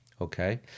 Okay